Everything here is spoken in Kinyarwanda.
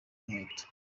inkweto